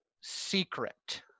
secret